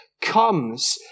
comes